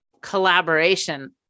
collaboration